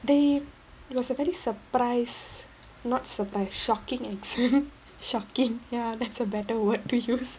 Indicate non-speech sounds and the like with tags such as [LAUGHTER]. they it was a very surprise not surprise shocking and [LAUGHS] shocking ya that's a better word to use